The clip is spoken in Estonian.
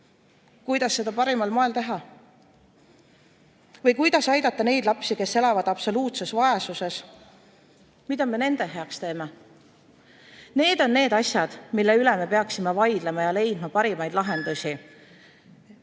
kuidas seda parimal moel teha? Ja kuidas aidata neid lapsi, kes elavad absoluutses vaesuses? Mida me nende heaks teeme? Need on need asjad, mille üle me peaksime vaidlema ja millele leidma parimad lahendused. Palun